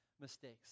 mistakes